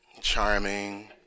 charming